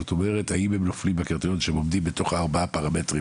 זאת אומרת האם הם נופלים בקריטריון שהם עומדים בתוך ארבעת הפרמטרים